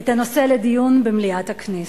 את הנושא לדיון במליאת הכנסת.